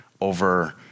over